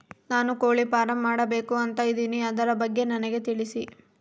ನಾನು ಕೋಳಿ ಫಾರಂ ಮಾಡಬೇಕು ಅಂತ ಇದಿನಿ ಅದರ ಬಗ್ಗೆ ನನಗೆ ತಿಳಿಸಿ?